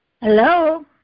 Hello